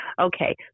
okay